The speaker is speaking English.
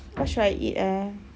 what should I eat ah